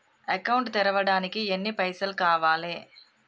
Account తెరవడానికి ఎన్ని పైసల్ కావాలే?